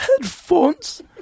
headphones